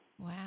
Wow